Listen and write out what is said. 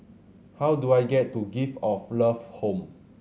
how do I get to Gift of Love Home